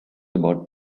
about